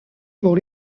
pour